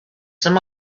some